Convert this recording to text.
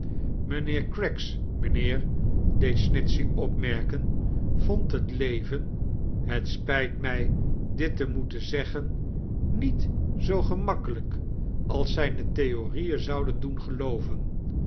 mijniheer craggs mijniheer deed snitehey opmerbemi vond het leven het spijt mij dit te moeten aeggen niet zoo gemakkelijfc als zijne theorieen zouden doen gelooven